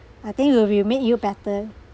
I think will it make you better